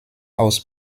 aus